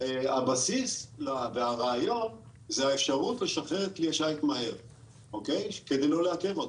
הבסיס והרעיון זה האפשרות לשחרר את כלי השיט מהר כדי לא לעכב אותו,